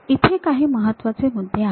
इथे काही महत्वाचे मुद्दे आहेत